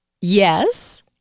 Yes